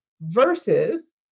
Versus